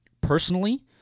personally